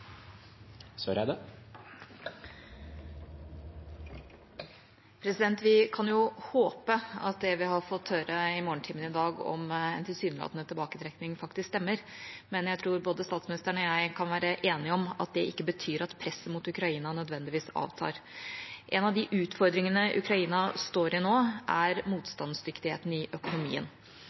Søreide – til oppfølgingsspørsmål. Vi kan jo håpe at det vi har fått høre i morgentimene i dag om tilsynelatende tilbaketrekning, faktisk stemmer, men jeg tror både statsministeren og jeg kan være enige om at det ikke betyr at presset mot Ukraina nødvendigvis avtar. En av de utfordringene Ukraina står i nå, er motstandsdyktigheten i økonomien.